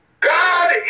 God